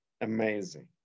amazing